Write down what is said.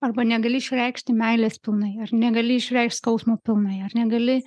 arba negali išreikšti meilės pilnai ar negali išreikšt skausmo pilnai ar negali